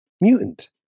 mutant